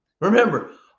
Remember